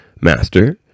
Master